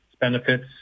benefits